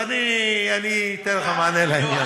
אז אתן לך מענה בעניין.